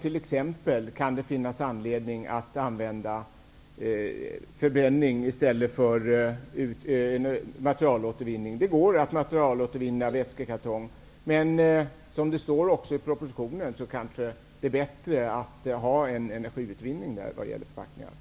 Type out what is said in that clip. Det kan finnas anledning att använda förbränning i stället för materialåtervinning när det gäller t.ex. vätskekartonger. Det går att återvinna material från vätskekartonger. Men det kanske är bättre med energiutvinning, som det står i propositionen.